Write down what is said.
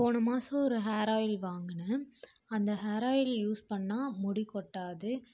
போன மாதம் ஒரு ஹேர் ஆயில் வாங்கினேன் அந்த ஹேர் ஆயில் யூஸ் பண்ணிணா முடி கொட்டாது